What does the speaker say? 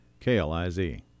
KLIZ